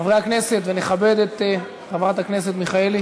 חברי הכנסת, ונכבד את חברת הכנסת מיכאלי.